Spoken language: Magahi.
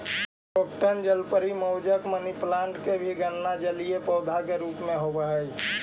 क्रोटन जलपरी, मोजैक, मनीप्लांट के भी गणना जलीय पौधा के रूप में होवऽ हइ